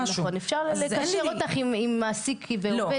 אפשר לקשר אותך עם מעסיק --- לא,